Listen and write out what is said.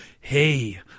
hey